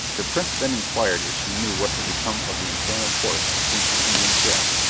the prince then inquired if she knew what had become of the enchanted horse since the indian's death,